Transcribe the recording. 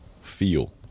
feel